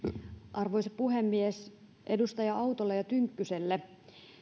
arvoisa puhemies edustaja autolle ja edustaja tynkkyselle